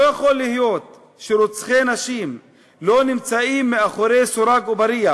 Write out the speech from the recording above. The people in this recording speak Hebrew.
לא יכול להיות שרוצחי נשים לא נמצאים מאחורי סורג ובריח.